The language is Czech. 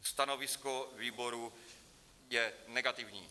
Stanovisko výboru je negativní.